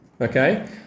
okay